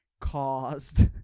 caused